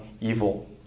evil